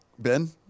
Ben